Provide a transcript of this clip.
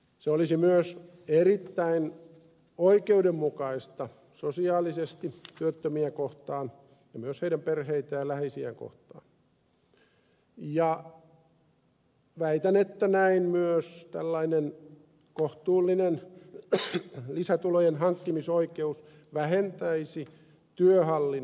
se olisi myös sosiaalisesti erittäin oikeudenmukaista työttömiä kohtaan ja myös heidän perheitään ja läheisiään kohtaan ja väitän että tällainen kohtuullinen lisätulojen hankkimisoikeus vähentäisi näin myös työhallinnon byrokratiaa